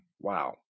wow